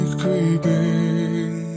creeping